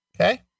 Okay